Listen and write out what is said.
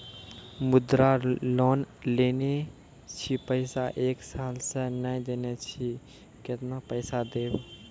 मुद्रा लोन लेने छी पैसा एक साल से ने देने छी केतना पैसा देब?